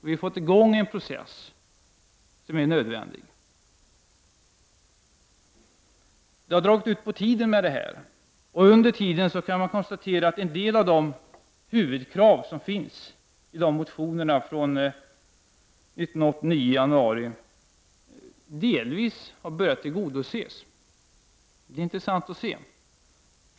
Vi har fått i gång en process som är nödvändig. Det har dragit ut på tiden med det här. Under tiden kan man konstatera att en del av huvudkraven i motionerna från januari 1989 delvis har börjat tillgodoses. Det är intressant att notera.